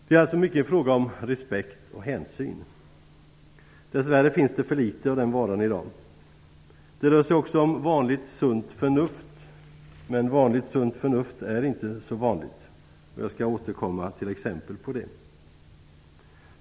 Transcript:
Det är alltså mycket en fråga om respekt och hänsyn. Dess värre finns det för litet av den varan i dag. Det rör sig också om vanligt sunt förnuft, men vanligt sunt förnuft är inte så vanligt. Jag skall återkomma till exempel på det.